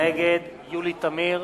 נגד יולי תמיר,